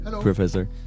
Professor